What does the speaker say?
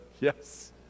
yes